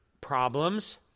problems